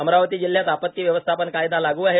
अमरावती जिल्ह्यात आपत्ती व्यवस्थापन कायदा लागू आहे